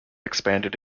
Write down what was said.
expanded